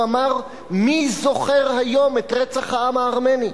הוא ענה: מי זוכר היום את רצח העם הארמני?